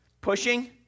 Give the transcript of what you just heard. pushing